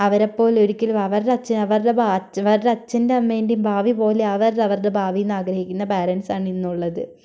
അവരെപ്പോലെ ഒരിക്കലും അവരുടെ അച്ഛൻ അവരുടെ അവരുടെ അച്ഛന്റെ അമ്മേന്റേയും ഭാവി പോലെ ആവരുത് അവരുടെ ഭാവിയെന്ന് ആഗ്രഹിക്കുന്ന പേരെന്റസ് ആണ് ഇന്നുള്ളത്